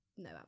no